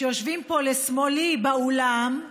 שיושבים פה לשמאלי באולם,